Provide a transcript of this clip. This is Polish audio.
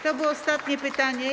To było ostatnie pytanie.